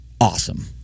awesome